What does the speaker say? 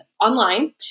online